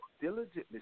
Diligently